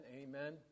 amen